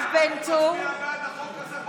אתה מצביע בעד החוק הזה,